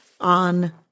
on